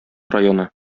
районы